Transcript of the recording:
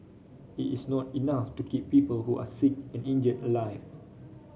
it is not enough to keep people who are sick and injured alive